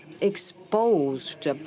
exposed